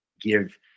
give